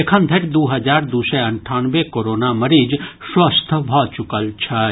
एखन धरि दू हजार दू सय अंठानवे कोरोना मरीज स्वस्थ भऽ चुकल छथि